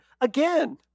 again